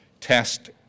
test